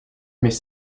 mais